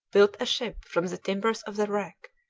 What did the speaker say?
built a ship from the timbers of the wreck,